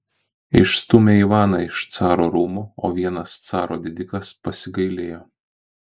išstūmė ivaną iš caro rūmų o vienas caro didikas pasigailėjo